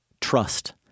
Trust